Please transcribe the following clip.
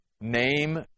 name